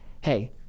hey